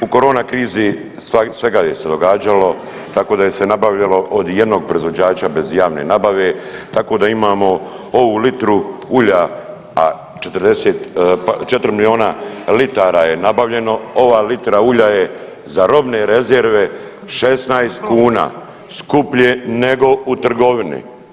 U korona krizi svega se događalo, tako da je se nabavljalo od jednog proizvođača bez javne nabave, tako da imamo ovu litru ulja, a 40, a 4 milijuna litara je nabavljeno, ova litra ulja je za robne rezerve 16 kuna, skuplje nego u trgovini.